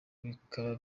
bikaba